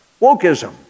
wokeism